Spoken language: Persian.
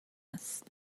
است